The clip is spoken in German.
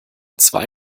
zwei